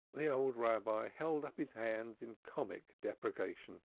the old rabbi held up his hands in comic deprecation.